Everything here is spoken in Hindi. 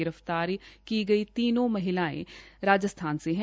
गिरफ्तार की गई तीनों महिलायें राजस्थान से है